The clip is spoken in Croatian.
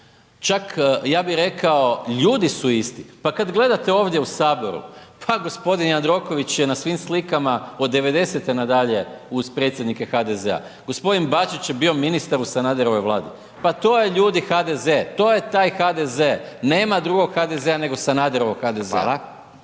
Čak, ja bih rekao, ljudi su isti. Pa kad gledate ovdje u Saboru, pa g. Jandroković je na svim slikama od 90-e na dalje uz predsjednike HDZ-a. G. Bačić je bio ministar u Sanaderovoj Vladi. Pa to je ljudi, HDZ. To je taj HDZ. Nema drugog HDZ-a nego Sanaderovog HDZ-a.